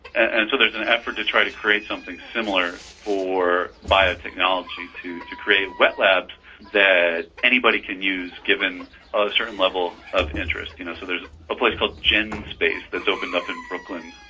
and so there's an effort to try to create something similar for biotechnology to to create wet labs that anybody can use, given a certain level of interest. you know so there's a place called genspace that's opened up in brooklyn,